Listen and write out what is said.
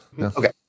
Okay